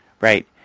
Right